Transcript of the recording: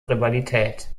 rivalität